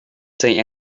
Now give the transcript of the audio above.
say